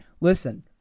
Listen